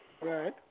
Right